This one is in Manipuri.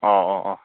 ꯑꯣ ꯑꯣ ꯑꯣ